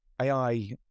AI